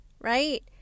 right